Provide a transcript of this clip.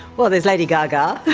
well, there's lady gaga